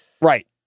Right